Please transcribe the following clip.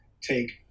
take